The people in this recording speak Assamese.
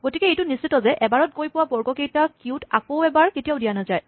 গতিকে এইটো নিশ্চিত যে এবাৰ গৈ পোৱা বৰ্গকেইটা কিউত আকৌ এবাৰ কেতিয়াও দিয়া নাযায়